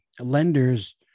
lenders